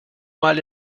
mal